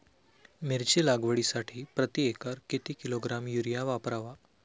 मिरची लागवडीसाठी प्रति एकर किती किलोग्रॅम युरिया वापरावा?